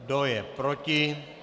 Kdo je proti?